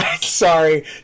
Sorry